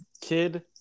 kid